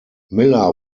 miller